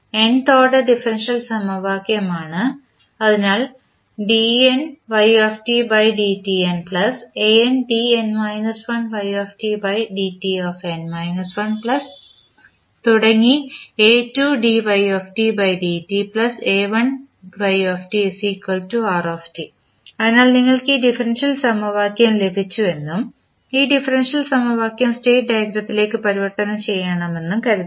nth order differential സമവാക്യമാണ് അതിനാൽ അതിനാൽ നിങ്ങൾക്ക് ഈ ഡിഫറൻഷ്യൽ സമവാക്യം ലഭിച്ചുവെന്നും ഈ ഡിഫറൻഷ്യൽ സമവാക്യം സ്റ്റേറ്റ് ഡയഗ്രാമിലേക്ക് പരിവർത്തനം ചെയ്യണമെന്നും കരുതുക